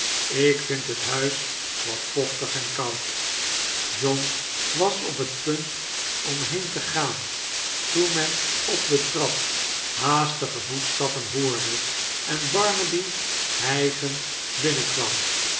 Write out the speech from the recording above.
ik vmd het huis wat vochtig en koud john was op het punt om heen te gaan toen men op de trap haastige voetstappen hoorde en barnaby hijgend bmnenkwam